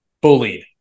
bullied